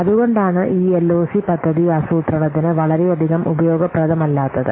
അതുകൊണ്ടാണ് ഈ എൽഓസി പദ്ധതി ആസൂത്രണത്തിന് വളരെയധികം ഉപയോഗപ്രദമല്ലാത്തത്